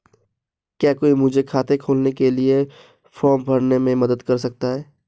क्या कोई मुझे खाता खोलने के लिए फॉर्म भरने में मदद कर सकता है?